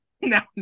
now